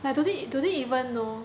but do they do they even though